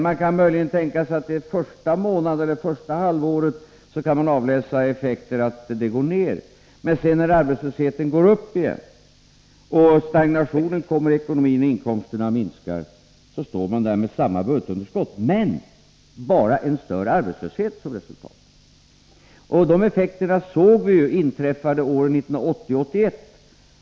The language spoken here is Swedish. Under de första månaderna eller det första halvåret kan man möjligen avläsa effekter som tyder på att budgetunderskottet går ner, men när sedan arbetslösheten ökar igen, stagnationen i ekonomin inträder och inkomsterna minskar, då står man där med samma budgetunderskott och utan annat resultat än en större arbetslöshet. De här effekterna såg vi inträffa åren 1980-1981.